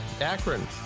Akron